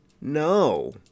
No